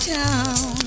town